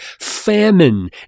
famine